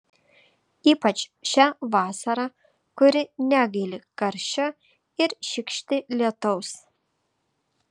ypač šią vasarą kuri negaili karščio ir šykšti lietaus